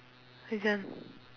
which one